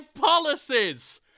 policies